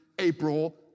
April